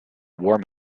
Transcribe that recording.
war